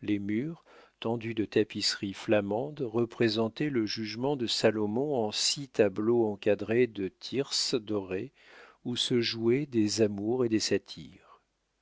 les murs tendus de tapisseries flamandes représentaient le jugement de salomon en six tableaux encadrés de thyrses dorés où se jouaient des amours et des satyres